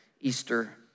Easter